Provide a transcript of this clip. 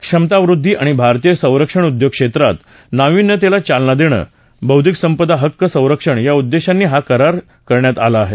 क्षमतावृद्दी आणि भारतीय संरक्षण उद्योगक्षेत्रात नावीन्यतेला चालना देणं बौद्धीक संपदा हक्क संरक्षण या उद्देशांनी हा करार करण्यात आला आहे